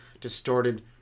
distorted